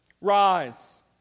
Rise